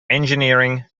engineering